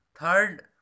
Third